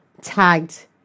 tagged